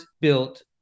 built